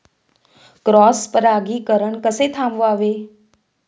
Cross परागीकरण कसे थांबवावे?